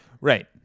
right